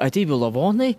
ateivių lavonai